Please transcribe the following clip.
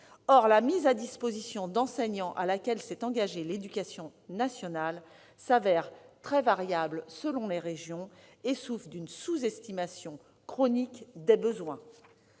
Or la mise à disposition d'enseignants à laquelle s'est engagée l'éducation nationale se révèle très variable selon les régions et souffre d'une sous-estimation chronique des besoins.